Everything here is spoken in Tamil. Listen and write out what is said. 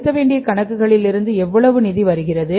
செலுத்த வேண்டிய கணக்குகளில் இருந்து எவ்வளவு நிதி வருகிறது